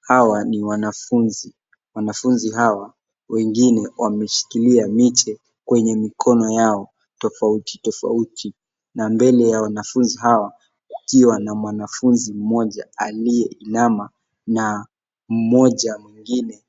Hawa ni wanafunzi, wanafunzi hawa wengine wameshikilia miche kwenye mikono yao tofauti tofauti. Na mbele ya wanafunzi hawa kukiwa na mwanafunzi mmoja aliyeinama na mmoja mwingine